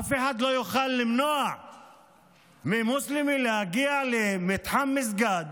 אף אחד לא יוכל למנוע ממוסלמי להגיע למתחם מסגד